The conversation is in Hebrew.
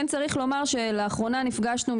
לאחרונה נפגשנו,